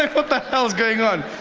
like what the hell is going on?